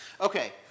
okay